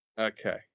Okay